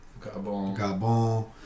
Gabon